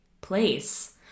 place